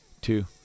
Two